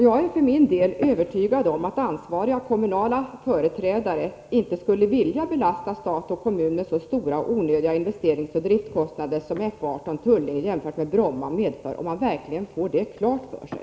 Jag är för min del övertygad om att ansvariga kommunala företrädare inte skulle vilja belasta stat och kommun med så stora onödiga investeringsoch driftkostnader som F 18/Tullinge jämfört med Bromma medför, om man verkligen fick det klart för sig.